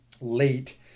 late